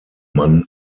mann